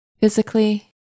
physically